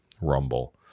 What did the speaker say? rumble